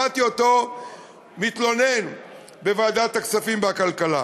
שמעתי אותו מתלונן בוועדת הכספים ובוועדת הכלכלה.